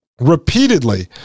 Repeatedly